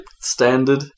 standard